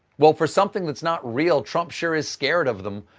well, for something that's not real, trump sure is scared of them.